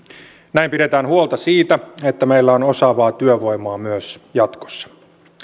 näin pidetään huolta siitä että meillä on osaavaa työvoimaa myös jatkossa